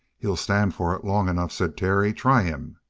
he'll stand for it long enough, said terry. try him!